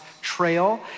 trail